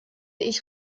ich